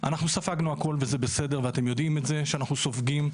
אנחנו ספגנו הכל וזה בסדר ואתם יודעים את זה שאנחנו סופגים,